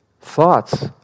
Thoughts